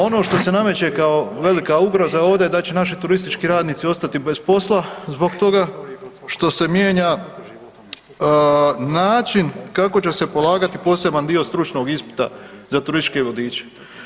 Ono što se nameće kao velika ugroza ovdje, da će naši turistički radnici ostati bez posla zbog toga što se mijenja način kako će se polagati poseban dio stručnog ispita za turističke vodiče.